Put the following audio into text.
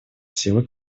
силы